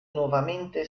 nuovamente